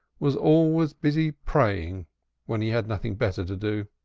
was always busy praying when he had nothing better to do.